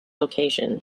location